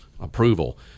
approval